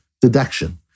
deduction